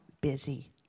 busy